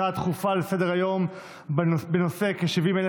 הצעה דחופה לסדר-היום בנושא: כ-70,000